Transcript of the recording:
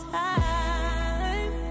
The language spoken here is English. time